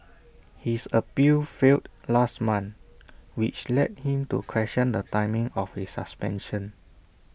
his appeal failed last month which led him to question the timing of his suspension